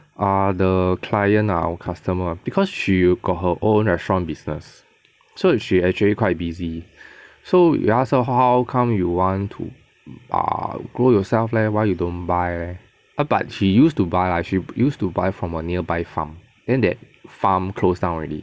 err the client lah our customer because she got her own restaurant business so she actually quite busy so you ask her how come you want to err grow yourself leh why you don't buy leh but she use to buy lah she use to buy from a nearby farm then that farm closed down already